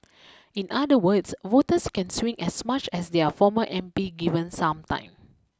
in other words voters can swing as much as their former M P given some time